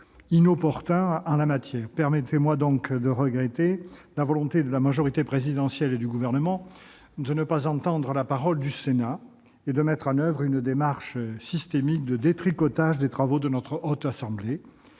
inopportun. Je me permettrai donc de regretter la volonté de la majorité présidentielle et du Gouvernement de ne pas entendre la parole du Sénat et de mettre en oeuvre une démarche systématique de détricotage des travaux de la Haute Assemblée.